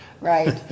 Right